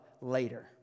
later